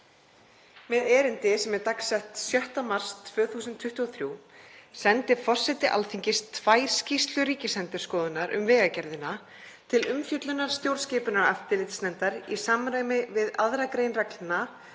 Með erindi, dags. 6. mars 2023, sendi forseti Alþingis tvær skýrslur Ríkisendurskoðunar um Vegagerðina til umfjöllunar stjórnskipunar- og eftirlitsnefndar í samræmi við 2. gr. reglna